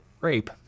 Rape